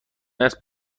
است